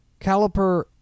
Caliper